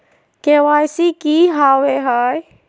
KYC की हॉबे हय?